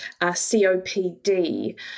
COPD